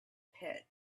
pit